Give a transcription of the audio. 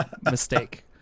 mistake